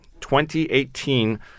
2018